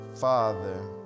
Father